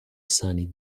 sunny